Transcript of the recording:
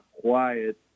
quiet